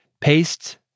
Paste